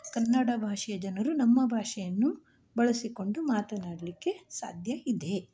ಕನ್ನಡ ಭಾಷೆಯ ಜನರು ನಮ್ಮ ಭಾಷೆಯನ್ನು ಬಳಸಿಕೊಂಡು ಮಾತನಾಡಲಿಕ್ಕೆ ಸಾಧ್ಯ ಇದೆ